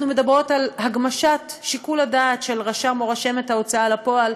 אנחנו מדברות על הגמשת שיקול הדעת של רשם או רשמת ההוצאה לפועל.